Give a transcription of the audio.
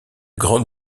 grande